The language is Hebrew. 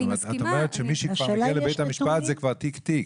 זאת אומרת שאת אומרת שמי שכבר מגיע לבית המשפט זה כבר תיק תיק.